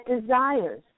desires